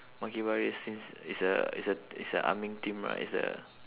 monkey bar race since it's a it's a it's a ah ming theme right it's a